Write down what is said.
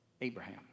Abraham